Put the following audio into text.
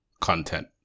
content